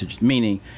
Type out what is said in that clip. meaning